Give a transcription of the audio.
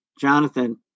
Jonathan